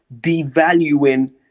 devaluing